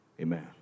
amen